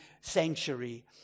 sanctuary